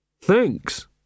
Thanks